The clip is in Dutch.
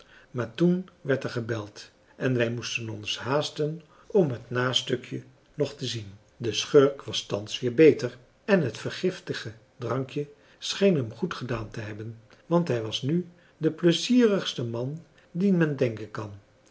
maar toen werd er gebeld en wij moesten ons haasten om het nastukje nog te zien de schurk was thans weer beter en het vergiftige drankje scheen hem goed gedaan te hebben want hij was nu de pleizierigste man dien men denken kan